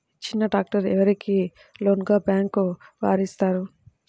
చిన్న ట్రాక్టర్ ఎవరికి లోన్గా బ్యాంక్ వారు ఇస్తారు?